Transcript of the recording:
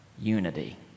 unity